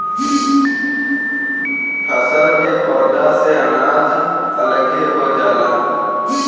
फसल के पौधा से अनाज अलगे हो जाला